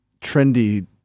trendy